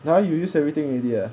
!huh! you use everything already ah